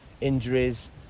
injuries